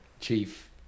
Chief